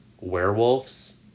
werewolves